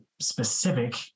specific